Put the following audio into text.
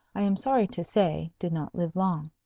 i am sorry to say, did not live long.